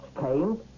came